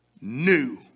new